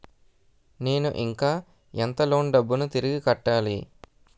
నేను ఇంకా ఎంత లోన్ డబ్బును తిరిగి కట్టాలి?